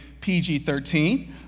PG-13